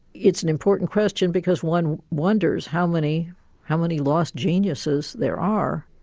it's an important question because one wonders how many how many lost geniuses there are.